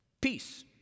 peace